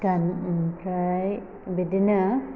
गामि आमफ्राय बिदिनो